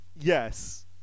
yes